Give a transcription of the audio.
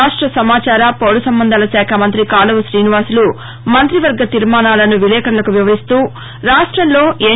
రాష్ట సమాచార పౌర సంబంధాల శాఖ మంతి కాలువ శ్రీనివాసులు మంతివర్గ తీర్మానాలను విలేకర్లకు వివరిస్తూ రాష్టంలో ఎన్